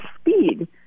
speed